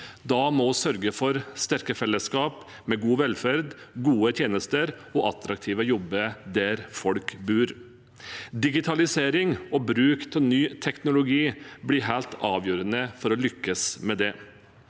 Da må vi sørge for sterke fellesskap med god velferd, gode tjenester og attraktive jobber der folk bor. Digitalisering og bruk av ny teknologi blir helt avgjørende for å lykkes med det.